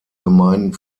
gemeinden